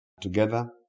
together